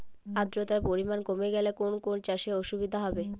আদ্রতার পরিমাণ কমে গেলে কোন কোন চাষে অসুবিধে হবে?